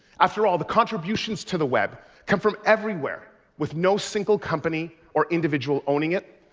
after all, the contributions to the web come from everywhere, with no single company or individual owning it.